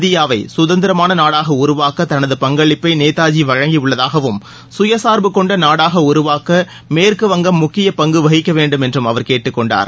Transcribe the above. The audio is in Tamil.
இந்தியாவை சுதந்திரமான நாடாக உருவாக்க தனது பங்களிப்பை நேதாஜி வழங்கியுள்ளதாகவும் கயசாா்பு கொண்ட நாடாக உருவாக்க மேற்குவங்கம் முக்கிய பங்கு வகிக்க வேண்டும் என்று அவர் கேட்டுக் கொண்டார்